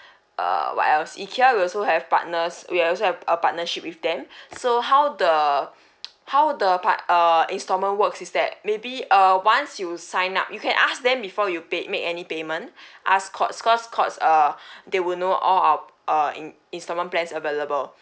err what else Ikea we also have partners we also have a partnership with them so how the how the part uh instalment works is that maybe uh once you signed up you can ask them before you paid make any payment ask courts cause courts err they would know all our err in instalment plans available